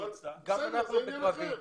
גם אנחנו משרתים בקרבי.